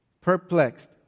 Perplexed